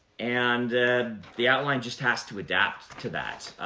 and the outline just has to adapt to that.